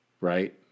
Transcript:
right